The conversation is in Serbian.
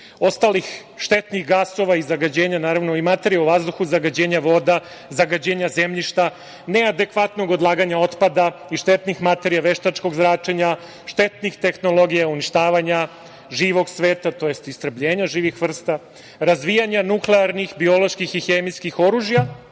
ostalih štetnih gasova i zagađenja, naravno i materija u vazduhu, zagađenja voda, zagađenja zemljišta, neadekvatnog odlaganja otpada i štetnih materija, veštačkog zračenja, štetnih tehnologija, uništavanja živog sveta, tj. istrebljenja živih vrsta, razvijanja nuklearnih, bioloških i hemijskih oružja